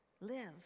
live